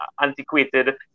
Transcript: antiquated